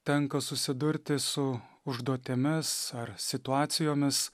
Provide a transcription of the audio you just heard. tenka susidurti su užduotimis ar situacijomis